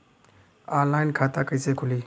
Online खाता कइसे खुली?